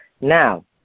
Now